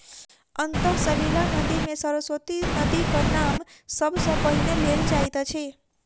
अंतः सलिला नदी मे सरस्वती नदीक नाम सब सॅ पहिने लेल जाइत अछि